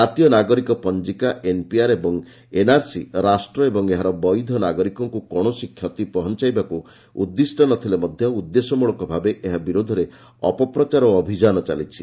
କାତୀୟ ନାଗରିକ ପଞ୍ଜିକା ଏନ୍ପିଆର୍ ଏବଂ ଏନ୍ଆର୍ସି ରାଷ୍ଟ୍ର ଏବଂ ଏହାର ବୈଧ ନାଗରିକଙ୍କୁ କୌଣସି କ୍ଷତି ପହଞ୍ଚାଇବାକୁ ଉଦ୍ଦିଷ୍ଟ ନ ଥିଲେ ମଧ୍ୟ ଉଦ୍ଦେଶ୍ୟମଳକ ଭାବେ ଏହା ବିରୋଧରେ ଅପପ୍ରଚାର ଓ ଅଭିଯାନ ଚାଲିଛି